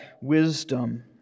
wisdom